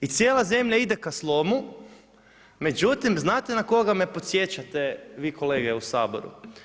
I cijela zemlja ide ka slomu, međutim, znate na koga me podsjećate vi kolege u Saboru?